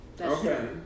Okay